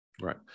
Right